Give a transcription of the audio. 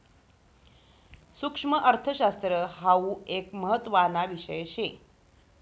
सुक्ष्मअर्थशास्त्र हाउ एक महत्त्वाना विषय शे